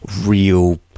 real